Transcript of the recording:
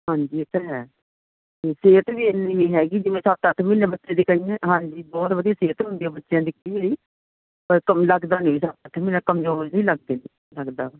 ਹਾਂਜੀ ਇਹ ਤਾਂ ਹੈ ਹੁੰ ਸਿਹਤ ਵੀ ਇੰਨੀ ਨਹੀਂ ਹੈਗੀ ਜਿਵੇਂ ਸੱਤ ਅੱਠ ਮਹੀਨੇ ਬੱਚੇ ਦੀ ਕਹਿ ਦਿਦੇ ਹਾਂ ਹਾਂਜੀ ਬਹੁਤ ਵਧੀਆ ਸਿਹਤ ਹੁੰਦੀ ਆ ਬੱਚਿਆਂ ਦੀ ਕਈ ਵਾਰ ਪਰ ਕਮ ਲੱਗਦਾ ਨਹੀਂ ਇਹਦਾ ਅੱਠ ਮਹੀਨੇ ਦਾ ਕਮਜ਼ੋਰ ਜਿਹਾ ਹੀ ਲੱਗਦਾ